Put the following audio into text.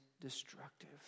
destructive